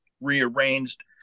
rearranged